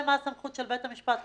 מה הסמכות של בית המשפט.